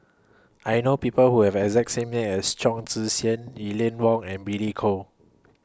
I know People Who Have exact same name as Chong Tze Chien Eleanor Wong and Billy Koh